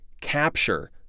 capture